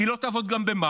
היא לא תעבוד גם במאי.